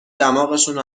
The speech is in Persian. دماغشونو